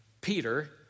Peter